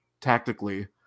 tactically